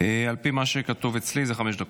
על פי מה שכתוב אצלי זה חמש דקות.